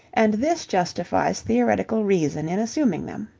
and this justifies theoretical reason in assuming them.